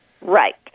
Right